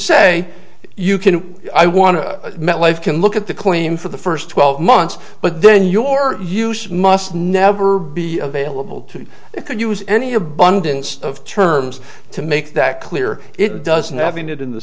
say you can i want to metlife can look at the claim for the first twelve months but then your use must never be available to you could use any abundance of terms to make that clear it doesn't have it in the